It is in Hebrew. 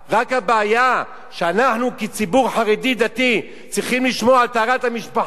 רק הבעיה שאנחנו כציבור חרדי דתי צריכים לשמור על טהרת המשפחה,